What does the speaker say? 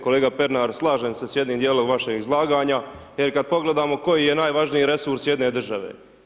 Kolega Pernar slažem se s jednim dijelom vašeg izlaganja, je kada pogledamo koji je najvažniji resurs jedne države.